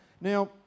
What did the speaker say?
now